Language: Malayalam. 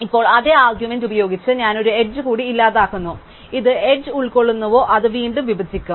ഇപ്പോൾ അതേ ആർഗ്യുമെൻറ് ഉപയോഗിച്ച് ഞാൻ ഒരു എഡ്ജ് കൂടി ഇല്ലാതാക്കുന്നു ഏത് എഡ്ജ് ഉൾക്കൊള്ളുന്നുവോ അത് വീണ്ടും വിഭജിക്കും